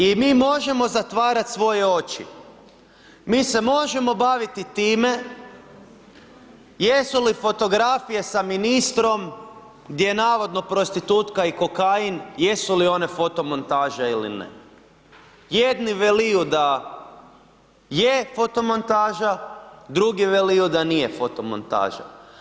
I mi možemo zatvarat svoje oči, mi se možemo baviti time jesu li fotografije sa ministrom gdje navodno prostitutka i kokain, jesu li one fotomontaža ili ne, jedni veliju da je fotomontaža, drugi veliju da nije fotomontaža.